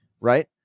right